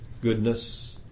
goodness